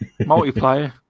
Multiplayer